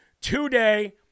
today